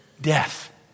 death